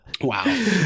Wow